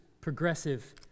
progressive